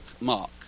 Mark